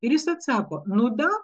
ir jis atsako nu da